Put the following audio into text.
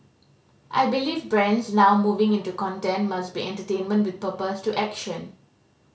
I believe brands now moving into content must be entertainment with purpose to action